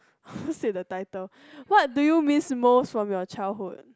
almost said the title what do you miss most from your childhood